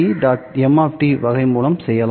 m வகை மூலம் என செய்யலாம்